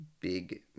big